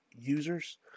users